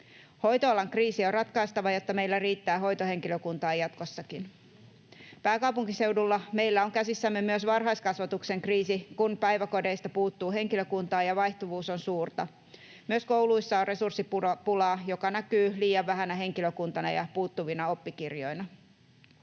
Hoitoalan kriisi on ratkaistava, jotta meillä riittää hoitohenkilökuntaa jatkossakin. Pääkaupunkiseudulla meillä on käsissämme myös varhaiskasvatuksen kriisi, kun päiväkodeista puuttuu henkilökuntaa ja vaihtuvuus on suurta. Myös kouluissa on resurssipulaa, joka näkyy liian vähänä henkilökuntana ja puuttuvina oppikirjoina.